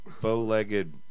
bow-legged